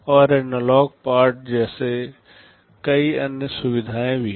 और analog port जैसी कई अन्य सुविधाएं भी हैं